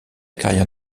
carrière